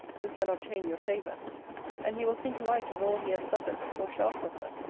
who can obtain your favour and he will think light of all he has suffered, or shall suffer,